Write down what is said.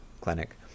clinic